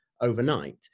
overnight